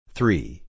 Three